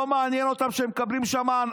לא מעניין אותם שלא מקבלים שם,